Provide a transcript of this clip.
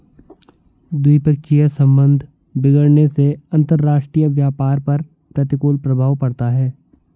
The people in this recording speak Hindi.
द्विपक्षीय संबंध बिगड़ने से अंतरराष्ट्रीय व्यापार पर प्रतिकूल प्रभाव पड़ता है